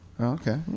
Okay